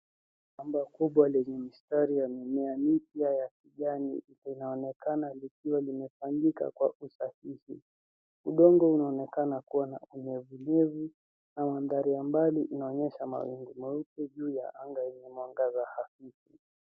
Shamba kubwa lenye mistari ya mimea ya miti ya kijani linaonekana likiwa limetandikwa kwa usahihi. Udongo unaonekana kuwa na unyevunyevu na mandhari ya mbali inaonyesha mawingu meupe juu ya anga yenye mwangaza hafifu.